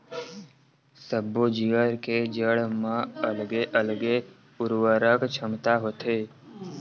सब्बो जिगर के जड़ म अलगे अलगे उरवरक छमता होथे